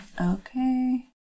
Okay